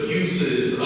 uses